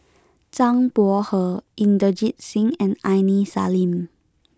Zhang Bohe Inderjit Singh and Aini Salim